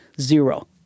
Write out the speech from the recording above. zero